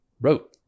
wrote